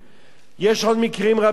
יש עוד מקרים רבים של לינץ'.